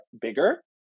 bigger